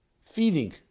Feeding